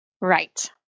Right